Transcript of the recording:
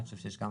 אני חושב שיש.